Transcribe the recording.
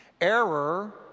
Error